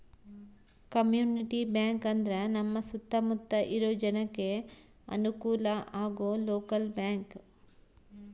community bank ಅಂದ್ರ ನಮ್ ಸುತ್ತ ಮುತ್ತ ಇರೋ ಜನಕ್ಕೆ ಅನುಕಲ ಆಗೋ ಲೋಕಲ್ ಬ್ಯಾಂಕ್